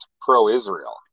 pro-Israel